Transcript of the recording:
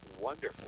wonderful